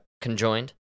conjoined